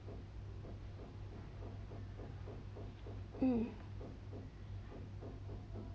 hmm